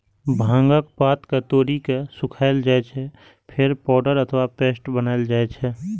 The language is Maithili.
भांगक पात कें तोड़ि के सुखाएल जाइ छै, फेर पाउडर अथवा पेस्ट बनाएल जाइ छै